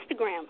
Instagram